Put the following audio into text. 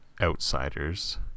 Outsiders